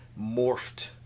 morphed